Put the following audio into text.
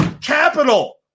capital